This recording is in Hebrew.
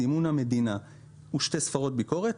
סימון המדינה ושתי ספרות ביקורת,